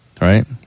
right